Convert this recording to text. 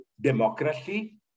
democracy